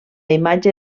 imatge